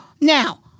now